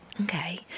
Okay